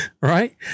right